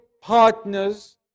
partners